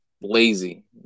lazy